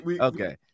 Okay